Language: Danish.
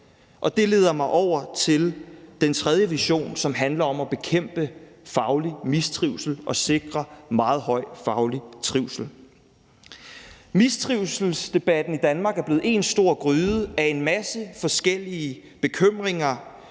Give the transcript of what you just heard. Det leder mig over til den tredje vision, som handler om at bekæmpe faglig mistrivsel og sikre meget høj faglig trivsel. Mistrivselsdebatten i Danmark er blevet en stor gryde af en masse forskellige bekymringer,